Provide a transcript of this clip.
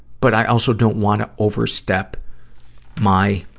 but i also don't wanna overstep my,